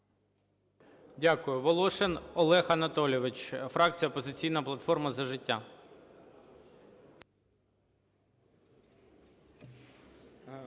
Дякую. Волошин Олег Анатолійович, фракція "Опозиційна платформа – За життя".